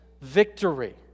victory